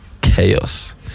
chaos